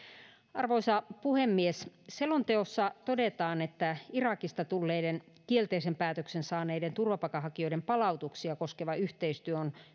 arvoisa puhemies selonteossa todetaan että irakista tulleiden kielteisen päätöksen saaneiden turvapaikanhakijoiden palautuksia koskeva yhteistyö on osa